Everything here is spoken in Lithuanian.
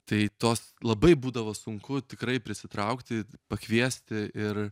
tai tos labai būdavo sunku tikrai prisitraukti pakviesti ir